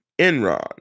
Enron